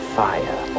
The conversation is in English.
fire